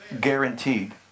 Guaranteed